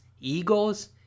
Eagles